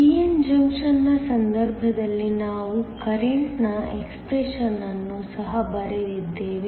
p n junction ನ ಸಂದರ್ಭದಲ್ಲಿ ನಾವು ಕರೆಂಟ್ನ ಎಕ್ಸ್ಪ್ರೆಶನ್ಯನ್ನು ಸಹ ಬರೆದಿದ್ದೇವೆ